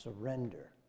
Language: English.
surrender